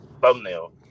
thumbnail